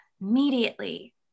immediately